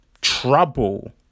trouble